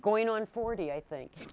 going on forty i think